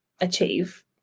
achieve